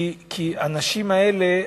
כי האנשים האלה,